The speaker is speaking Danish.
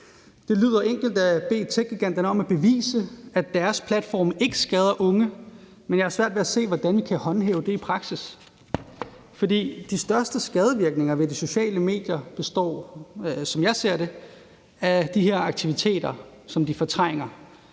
Det lyder enkelt at bede techgiganterne om at bevise, at deres platforme ikke skader unge, men jeg har svært ved at se, hvordan vi kan håndhæve det i praksis, fordi de største skadevirkninger ved de sociale medier består, som jeg ser det, af de her aktiviteter, som de fortrænger: